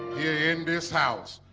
in this house.